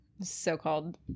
so-called